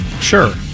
sure